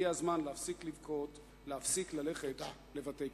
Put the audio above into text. הגיע הזמן להפסיק לבכות, להפסיק ללכת לבתי-קברות.